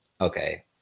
Okay